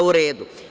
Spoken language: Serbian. U redu.